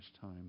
time